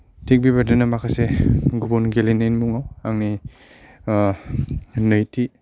थिग बेबायदिनो माखासे गुबुन गेलेनायनि मुंआ आंनि नैथि